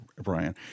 Brian